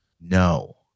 No